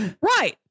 Right